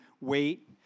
wait